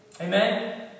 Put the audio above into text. Amen